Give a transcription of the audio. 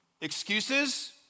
Excuses